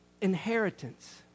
Inheritance